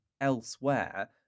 elsewhere